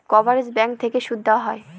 coverage bank থেকে সুদ দেওয়া হয়